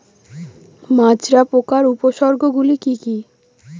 মাজরা পোকার উপসর্গগুলি কি কি?